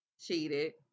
cheated